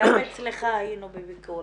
גם אצלך היינו בביקור.